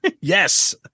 Yes